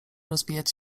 rozwijać